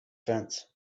fence